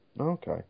Okay